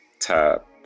tap